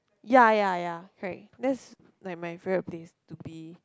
ya ya ya correct that's like my favourite place to be